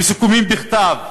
וסיכומים בכתב,